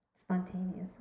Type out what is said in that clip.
spontaneously